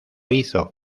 hizo